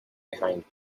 behind